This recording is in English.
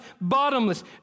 bottomless